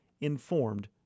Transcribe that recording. informed